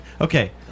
Okay